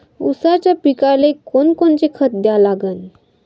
ऊसाच्या पिकाले कोनकोनचं खत द्या लागन?